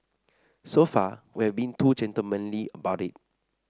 so far we've been too gentlemanly about it